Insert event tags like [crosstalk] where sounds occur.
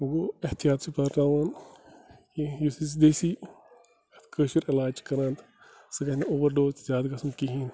وۄنۍ گوٚو احتِیاط چھِ [unintelligible] یہِ یُس أسۍ یہِ دیسی یَتھ کٲشُر علاج چھِ کَران سُہ گَژھِ نہٕ اوٚوَر ڈوز تہِ زیادٕ گَژھُن کِہیٖنۍ